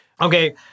Okay